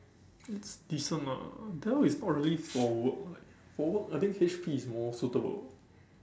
it's decent ah Dell is not really for work like for work I think H_P is more suitable